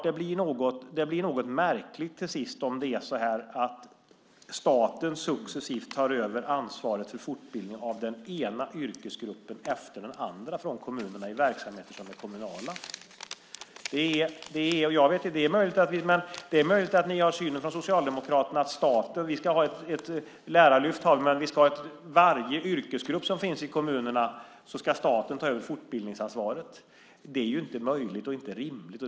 Det blir något märkligt till sist om staten successivt tar över ansvaret för fortbildning av den ena yrkesgruppen efter den andra från kommunerna i verksamheter som är kommunala. Det är möjligt att ni har synen hos Socialdemokraterna att vi ska ha ett lärarlyft, men varje yrkesgrupp som finns i kommunerna ska staten ta fortbildningsansvaret för. Det är inte möjligt och inte rimligt.